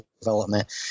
development